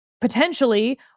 potentially